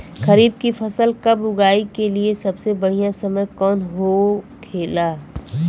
खरीफ की फसल कब उगाई के लिए सबसे बढ़ियां समय कौन हो खेला?